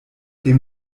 dem